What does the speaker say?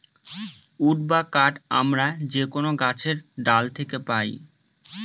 would বা কাঠ আমরা যে কোনো গাছের ডাল থাকে পাই